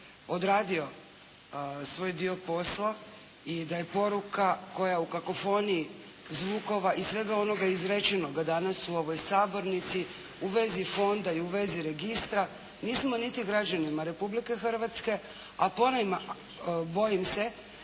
odradio svoj dio posla i da je poruka koja u kakofoniji zvukova i svega onoga izrečenoga danas u ovoj Sabornici u vezi Fonda i u vezi registra nismo niti građanima Republike Hrvatske, a bojim se